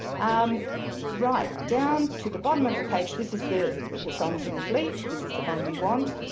um right, down to the bottom of the page, this is the the songs of the fleet, this is the one we want.